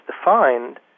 defined